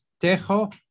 Tejo